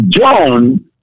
John